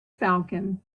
falcon